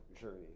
journey